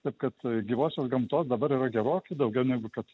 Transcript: taip kad gyvosios gamtos dabar yra gerokai daugiau negu kad